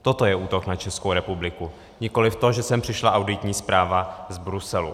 Toto je útok na Českou republiku, nikoliv to, že sem přišla auditní zpráva z Bruselu.